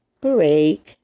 break